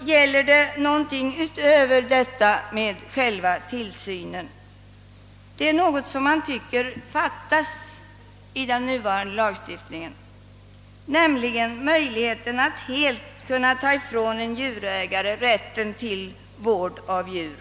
gäller det dock något utöver själva tillsynen. Man tycker att något fattas i den nuvarande lagstiftningen, nämligen möjligheten att helt ta ifrån en djurägare rätten till vård av djur.